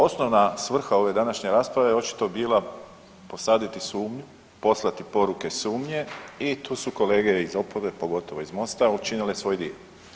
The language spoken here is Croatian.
Osnovna svrha ove današnje rasprave je očito bila posaditi sumnju, poslati poruke sumnje i tu su kolege iz oporbe pogotovo iz MOST-a učinile svoj dio.